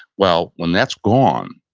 well, when that's gone.